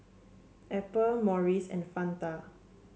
Apple Morries and Fanta